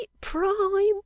prime